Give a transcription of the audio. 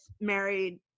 married